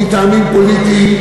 מטעמים פוליטיים,